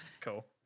Cool